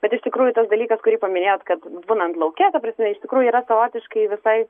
bet iš tikrųjų tas dalykas kurį paminėjot kad būnant lauke ta prasme iš tikrųjų yra savotiškai visai